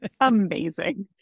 amazing